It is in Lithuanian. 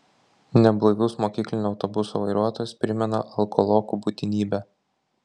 neblaivus mokyklinio autobuso vairuotojas primena alkolokų būtinybę